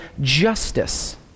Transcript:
justice